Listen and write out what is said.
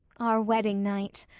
our wedding night!